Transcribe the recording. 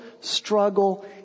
struggle